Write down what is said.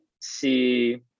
see